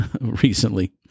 recently